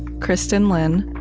kristin lin,